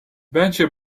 bence